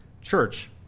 church